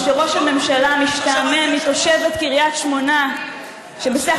כמו שראש הממשלה משתעמם מתושבת קריית שמונה שבסך